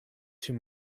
too